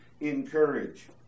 encourage